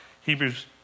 Hebrews